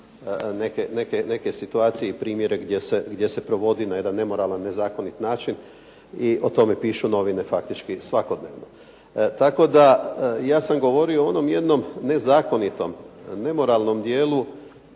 neke situacije i primjere gdje se provodi na jedan nemoralan, nezakonit način i o tome pišu novine faktički svakodnevno. Tako da ja sam govorio o onom jednom nezakonitom, nemoralnom dijelu